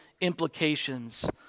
implications